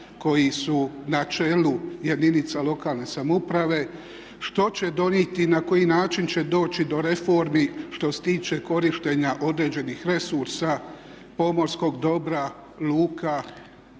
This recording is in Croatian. koji su na čelu jedinica lokalne samouprave? Što će donijeti i na koji način će doći do reformi što se tiče korištenja određenih resursa pomorskog dobra, luka